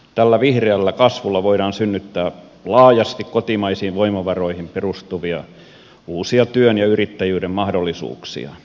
tällä vihreällä kasvulla voidaan synnyttää laajasti kotimaisiin voimavaroihin perustuvia uusia työn ja yrittäjyyden mahdollisuuksia